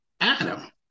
Adam